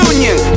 Union